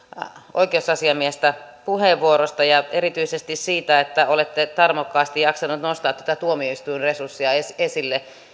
oikeusasiamiestä puheenvuorosta ja erityisesti siitä että olette tarmokkaasti jaksanut nostaa näitä tuomioistuinresursseja esille esille